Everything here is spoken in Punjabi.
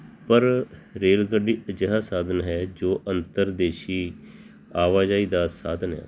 ਪਰ ਰੇਲ ਗੱਡੀ ਅਜਿਹਾ ਸਾਧਨ ਹੈ ਜੋ ਅੰਤਰ ਦੇਸੀ ਆਵਾਜਾਈ ਦਾ ਸਾਧਨ ਹੈ